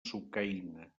sucaina